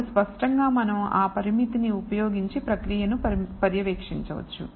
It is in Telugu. అప్పుడు స్పష్టంగా మనం ఆ పరామితిని ఉపయోగించి ప్రక్రియను పర్యవేక్షించవచ్చు